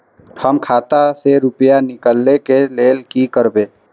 हम खाता से रुपया निकले के लेल की करबे?